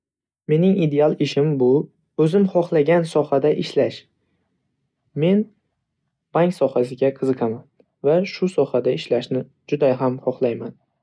Mening ideal ishim bu o'zim hohlagan sohada ishlash. Men bank sohasiga qiziqaman va shu sohada ishlashni juday ham hohlayman.